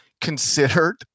considered